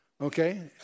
Okay